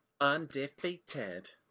Undefeated